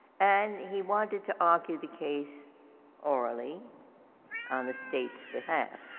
and he wanted to argue the case orally on the state's behalf.